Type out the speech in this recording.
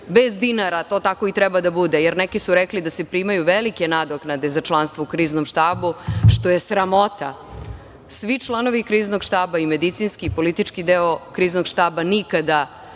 bez dinara, a to tako i treba da bude, jer neki su rekli da se primaju velike nadoknade za članstvo u Kriznom štabu, što je sramota, svi članovi Kriznog štaba i medicinski i politički deo Kriznog štaba nikada